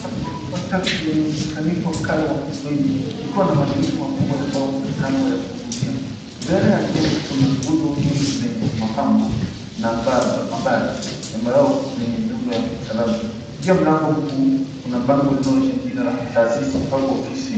Ghorofa tatu lenye usanifu wa kale wa Kiswahili likiwa na madirisha makubwa ambayo na milango ya kuvutia. Mbele ya jengo kuna nguzo nyingi zenye mapambo na ambari zenye miundo ya msalaba. Njia ya mlango mkuu kuna bango linaloonyesha jina la taasisi au ofisi.